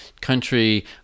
country